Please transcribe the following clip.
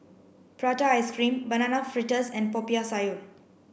prata ice cream banana fritters and Popiah Sayur